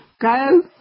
go